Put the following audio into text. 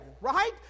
right